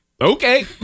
okay